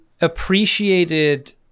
appreciated